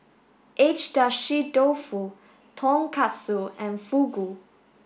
Agedashi Dofu Tonkatsu and Fugu